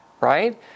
right